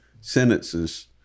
sentences